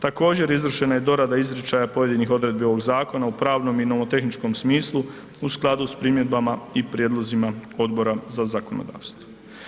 Također, izvršena je dorada izričaja pojedinih odredbi ovog zakona u pravnom i nomotehničkom smislu u skladu sa primjedbama i prijedlozima Odbora za zakonodavstvo.